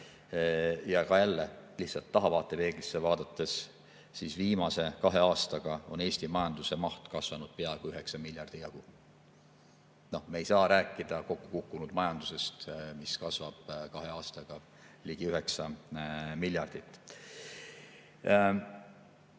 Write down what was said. Ja jälle lihtsalt tahavaatepeeglisse vaadates: viimase kahe aastaga on Eesti majanduse maht kasvanud peaaegu 9 miljardi jagu. Me ei saa rääkida kokku kukkunud majandusest, mis kasvab kahe aastaga ligi 9 miljardit.